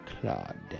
Claude